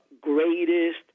greatest